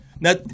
Now